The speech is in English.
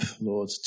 Lord